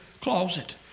closet